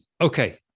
okay